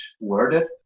worded